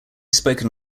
spoken